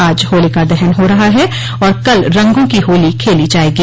आज होलिका दहन हो रहा है और कल रंगों की होली खेली जाएगी